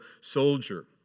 soldier